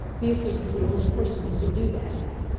beatrice is the only person who could do that.